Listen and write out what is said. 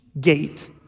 gate